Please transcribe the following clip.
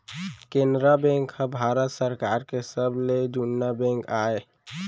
Canara bank ह भारत सरकार के सबले जुन्ना बेंक आय